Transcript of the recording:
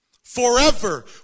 Forever